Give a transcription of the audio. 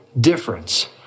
difference